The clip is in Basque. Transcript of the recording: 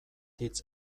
hitz